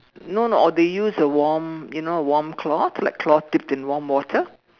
no no or they use a warm you know a warm cloth like cloth dipped in warm water